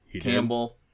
Campbell